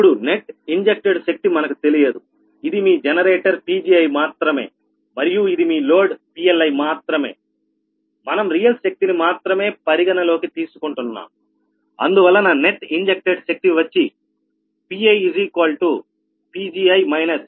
ఇప్పుడు net injected శక్తి మనకు తెలియదు ఇది మీ జనరేటర్ Pgi మాత్రమే మరియు ఇది మీ లోడ్ Pli మాత్రమే మనం రియల్ శక్తిని మాత్రమే పరిగణనలోకి తీసుకుంటున్నాం అందువలన నెట్ ఇంజెక్ట్ శక్తి వచ్చి PiPgi Pli